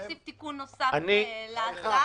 להוסיף תיקון נוסף להארכה.